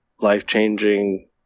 life-changing